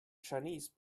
chinese